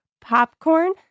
Popcorn